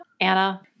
Anna